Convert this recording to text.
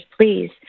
please